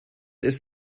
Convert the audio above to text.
ist